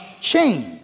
change